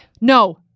no